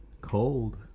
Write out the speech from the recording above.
Cold